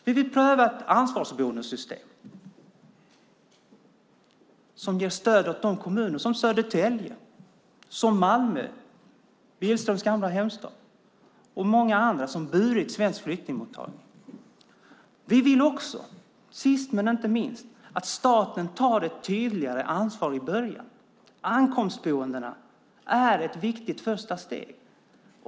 Vi vill pröva ett ansvarsbonussystem som ger stöd åt kommuner som Södertälje, Malmö - Billströms gamla hemstad - och många andra, som burit svensk flyktingmottagning. Vi vill också, sist men inte minst, att staten tar ett tydligare ansvar i början. Ankomstboendena är ett viktigt första steg.